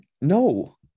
No